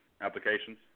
applications